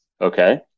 Okay